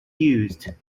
used